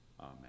Amen